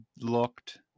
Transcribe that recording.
looked